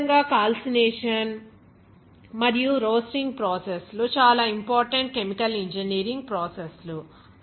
అదేవిధంగాకాల్సినేషన్ మరియు roasting process లు చాలా ఇంపార్టెంట్ కెమికల్ ఇంజనీరింగ్ ప్రాసెస్ లు